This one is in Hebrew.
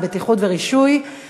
מכשירי החייאה במקומות ציבוריים (תיקון),